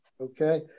Okay